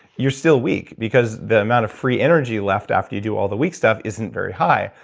you're still weak, because the amount of free energy left after you do all the weak stuff isn't very high.